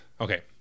okay